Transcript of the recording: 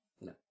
No